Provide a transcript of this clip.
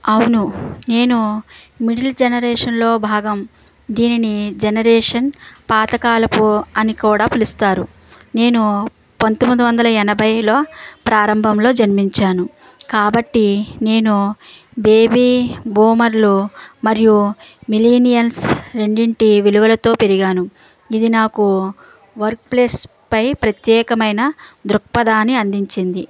అవును నేను మిడిల్ జనరేషన్లో భాగం దీనిని జనరేషన్ పాతకాలపు అని కూడా పిలుస్తారు నేను పంతొమ్మిది వందల ఎనభైలో ప్రారంభంలో జన్మించాను కాబట్టి నేను బేబీ బూమర్లు మరియు మిలీనియన్స్ రెండింటి విలువలతో పెరిగాను ఇది నాకు వర్క్ప్లేస్పై ప్రత్యేకమైన దృక్పథాన్ని అందించింది